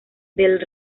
del